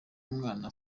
umwana